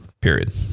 period